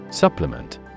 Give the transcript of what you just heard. Supplement